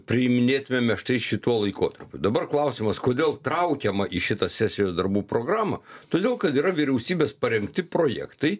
priiminėtumėme štai šituo laikotarpiu dabar klausimas kodėl traukiama į šitą sesijos darbų programą todėl kad yra vyriausybės parengti projektai